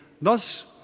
Thus